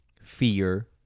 fear